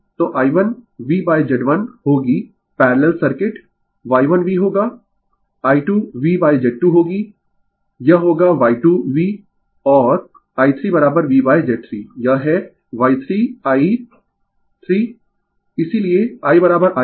तो I1 VZ1 होगी parallel circuit Y1V होगा I2 VZ2 होगी यह होगा Y2V और I3VZ3 यह है Y3i 3ight इसीलिये II1 I2 I3